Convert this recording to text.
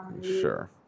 sure